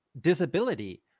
disability